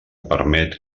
permet